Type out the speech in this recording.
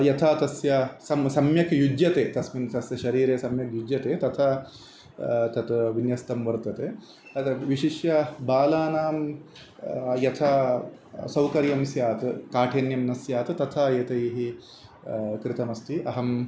यथा तस्य सम् सम्यक् युज्यते तस्मिन् तस्य शरीरे सम्यक् युज्यते तथा तत् विन्यस्तं वर्तते तदपि विशिष्य बालानां यथा सौकर्यं स्यात् काठिन्यं न स्यात् तथा एतैः कृतमस्ति अहम्